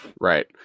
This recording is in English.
Right